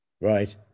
Right